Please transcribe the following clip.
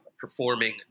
performing